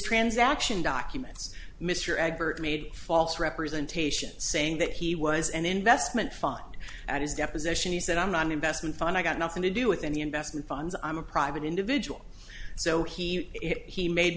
transaction documents mr ebert made false representation saying that he was an investment fund and his deposition he said i'm not an investment fund i got nothing to do with any investment funds i'm a private individual so he he made